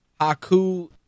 Haku